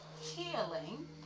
healing